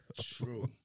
True